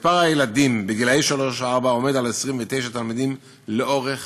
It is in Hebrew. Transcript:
מספר הילדים גילאי שלוש-ארבע עומד על 29 תלמידים לאורך